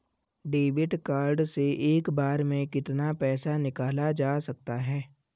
Debit card से एक बार में कितना पैसा निकाला जा सकता है?